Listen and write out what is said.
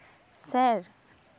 sir